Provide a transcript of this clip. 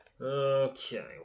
Okay